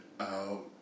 out